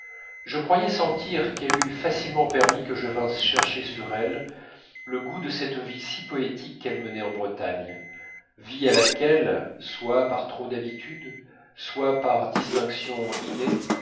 je croyais sentir qu'elle eût facilement permis que je vinsse chercher sur elle le goût de cette vie si poétique qu'elle menait en bretagne vie à laquelle soit par trop d'habitude soit par distinction innée